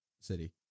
City